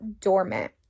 dormant